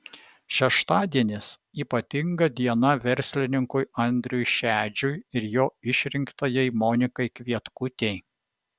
šeštadienis ypatinga diena verslininkui andriui šedžiui ir jo išrinktajai monikai kvietkutei